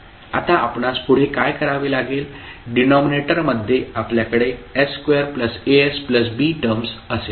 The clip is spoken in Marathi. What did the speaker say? आता आपणास पुढे काय करावे लागेल डिनॉमिनेटरमध्ये आपल्याकडे s2asb टर्म्स असेल